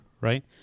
right